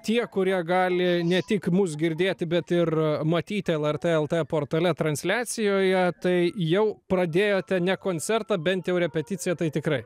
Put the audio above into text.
tie kurie gali ne tik mus girdėti bet ir matyti lrt lt portale transliacijoje tai jau pradėjote ne koncertą bent jau repeticiją tai tikrai